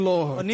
Lord